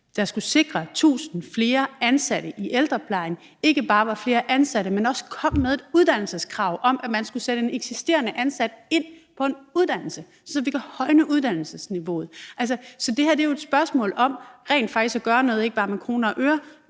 der skulle sikre 1.000 flere ansatte i ældreplejen, ikke bare skulle bruges på flere ansatte, men også på et uddannelseskrav om, at man skulle sætte en eksisterende ansat ind på en uddannelse, så man kunne højne uddannelsesniveauet. Så det her er jo et spørgsmål om rent faktisk at gøre noget ikke bare med kroner og øre,